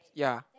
yea